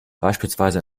beispielsweise